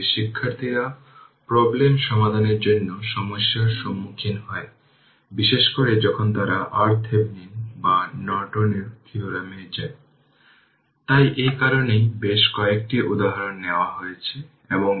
অতএব i3 সাধারণত আমরা জানি i t I0 এর পাওয়ার tτ